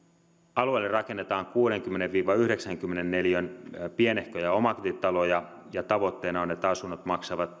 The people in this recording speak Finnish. alueelle rakennetaan kuudenkymmenen viiva yhdeksänkymmenen neliön pienehköjä omakotitaloja ja tavoitteena on että asunnot maksavat